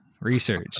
Research